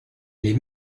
les